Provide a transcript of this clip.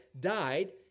died